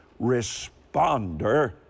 responder